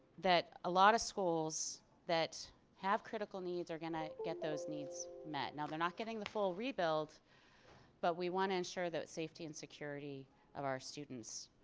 that a lot of schools that have critical needs are going to get those needs met. now they're not getting the full rebuild but we want to ensure that safety and security of our students